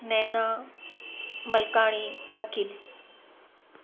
नैना मलकाणी वकील